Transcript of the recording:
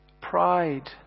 Pride